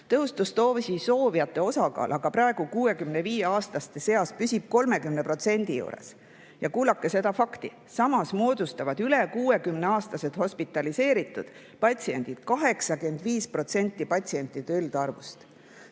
Tõhustusdoosi soovijate osakaal aga praegu 65-aastaste seas püsib 30% juures. Ja kuulake seda fakti: samas moodustavad üle 60-aastased [COVID-iga] hospitaliseeritud patsiendid 85% patsientide üldarvust.